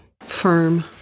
firm